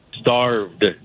starved